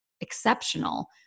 exceptional